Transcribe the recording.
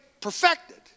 perfected